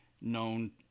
known